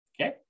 okay